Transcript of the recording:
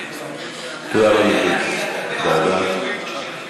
תודה רבה, גברתי.